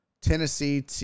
Tennessee